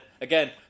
again